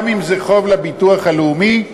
גם אם זה חוב לביטוח הלאומי,